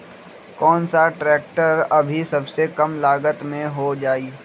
कौन सा ट्रैक्टर अभी सबसे कम लागत में हो जाइ?